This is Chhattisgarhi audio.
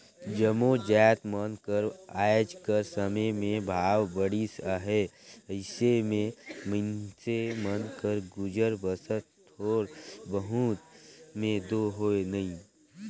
जम्मो जाएत मन कर आएज कर समे में भाव बढ़िस अहे अइसे में मइनसे मन कर गुजर बसर थोर बहुत में दो होए नई